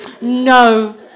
No